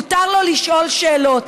מותר לו לשאול שאלות,